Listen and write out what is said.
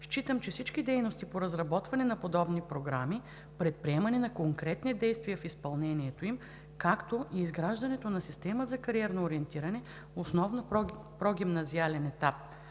Считам, че всички дейности по разработване на подобни програми, предприемане на конкретни действия в изпълнението им, както и изграждането на система за кариерно ориентиране – основно в прогимназиалния етап